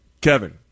Kevin